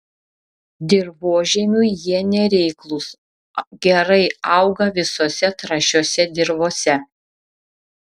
dirvožemiui jie nereiklūs gerai auga visose trąšiose dirvose